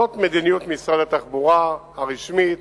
זאת מדיניות משרד התחבורה הרשמית,